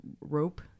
rope